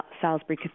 Salisbury